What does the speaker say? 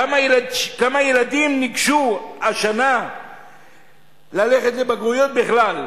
כמה ילדים ניגשו השנה לבגרויות בכלל?